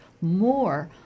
more